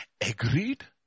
Agreed